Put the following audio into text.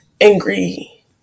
angry